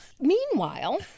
Meanwhile